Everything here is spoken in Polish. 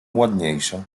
ładniejsze